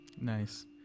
Nice